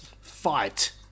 fight